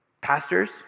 pastors